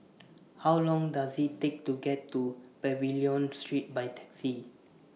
How Long Does IT Take to get to Pavilion Street By Taxi